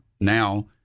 now